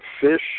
fish